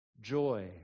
joy